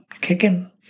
kicking